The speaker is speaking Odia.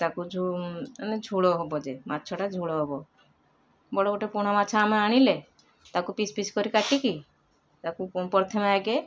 ତାକୁ ଯେଉଁ ମାନେ ଝୋଳ ହବ ଯେ ମାଛ ଟା ଝୋଳ ହବ ବଡ଼ ଗୋଟେ ପଣ ମାଛ ଆମେ ଆଣିଲେ ତାକୁ ପିସ୍ ପିସ୍ କରି କାଟିକି ତାକୁ ପ୍ରଥମେ ଆଗେ